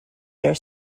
their